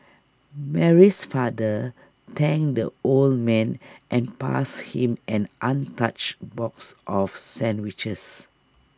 Mary's father thanked the old man and passed him an untouched box of sandwiches